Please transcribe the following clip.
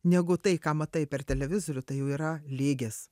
negu tai ką matai per televizorių tai jau yra lygis